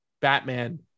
Batman